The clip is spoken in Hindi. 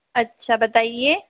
अच्छा बताइए